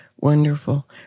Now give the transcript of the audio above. Wonderful